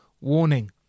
warning